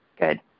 Good